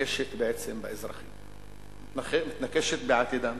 מתנקשת בעצם באזרחים, מתנקשת בעתידם